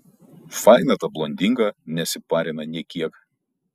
faina ta blondinka nesiparina nė kiek